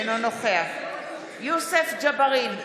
אינו נוכח יוסף ג'בארין,